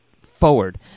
forward